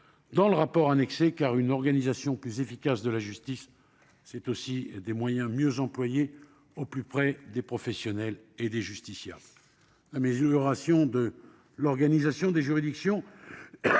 à ce projet de loi, car une organisation plus efficace de la justice, ce sont aussi des moyens mieux employés, au plus près des professionnels et des justiciables. L'amélioration de l'organisation des juridictions